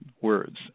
words